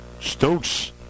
Stokes